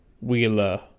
Wheeler